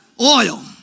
oil